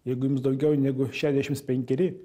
jeigu jums daugiau negu šešiasdešims penkeri